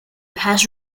has